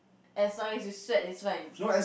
as long as you sweat is fine